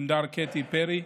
גונדר קטי פרי.